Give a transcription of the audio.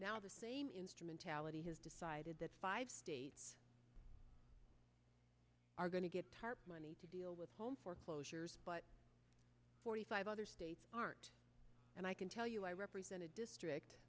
now the same instrumentality has decided that five states are going to get tarp money to deal with home foreclosures but forty five other states aren't and i can tell you i represent a district